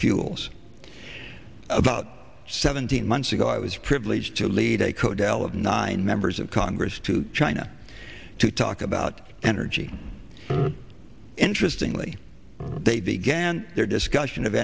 fuels about seventeen months ago i was privileged to lead a codel of nine members of congress to china to talk about energy interesting lee they began their discussion of